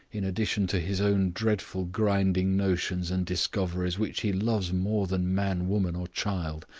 in addition to his own dreadful grinding notions and discoveries, which he loves more than man, woman, or child.